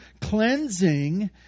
cleansing